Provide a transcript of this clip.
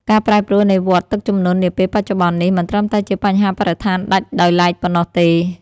ការប្រែប្រួលនៃវដ្តទឹកជំនន់នាពេលបច្ចុប្បន្ននេះ មិនត្រឹមតែជាបញ្ហាបរិស្ថានដាច់ដោយឡែកប៉ុណ្ណោះទេ។